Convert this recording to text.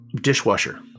dishwasher